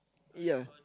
ya